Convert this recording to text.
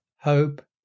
hope